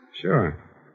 Sure